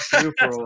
super